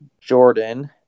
Jordan